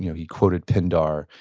he quoted pindar,